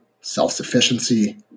self-sufficiency